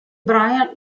brian